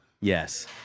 Yes